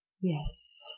Yes